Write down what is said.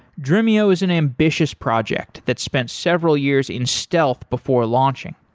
dremio is an ambitious project that spent several years in stealth before launching.